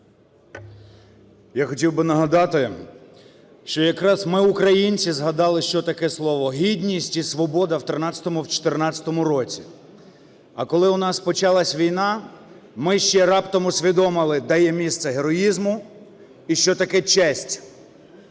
Я хотів би нагадати, що якраз ми, українці, згадали, що таке слова гідність і свобода в 2013-му і в 2014 році. А коли у нас почалась війна, ми ще раптом усвідомили, де є місце героїзму і що таке честь.